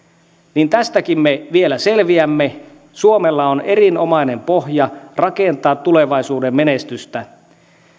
niin tästäkin me vielä selviämme suomella on erinomainen pohja rakentaa tulevaisuuden menestystä